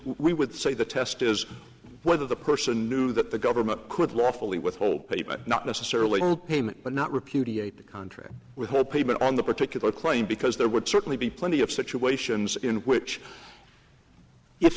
we would say the test is whether the person knew that the government could lawfully withhold pay but not necessarily payment but not repudiate the contract with whole payment on the particular claim because there would certainly be plenty of situations in which if